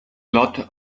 lot